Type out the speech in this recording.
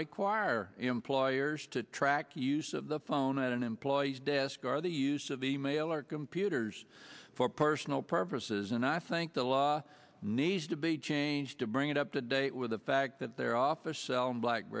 require employers to track use of the phone at an employee's desk or the use of e mail or computers for personal purposes and i think the law needs to be changed to bring it up to date with the fact that their office cell and black